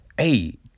Hey